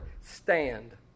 stand